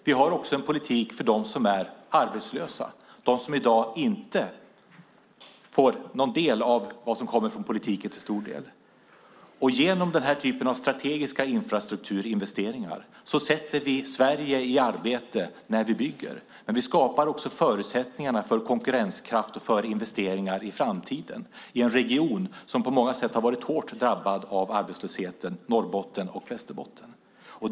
Vi har också en politik för dem som är arbetslösa - de som i dag inte får någon del av det som till stor del kommer från politiken. Genom denna typ av strategiska infrastrukturinvesteringar sätter vi Sverige i arbete när vi bygger. Vi skapar också förutsättningar för konkurrenskraft och investeringar i framtiden i en region som på många sätt har varit hårt drabbad av arbetslösheten, nämligen Norrbotten och Västerbotten.